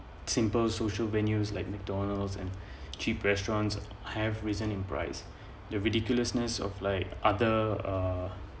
simple social venues like McDonald's and cheap restaurants have risen in price the ridiculousness of like other uh